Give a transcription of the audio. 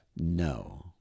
No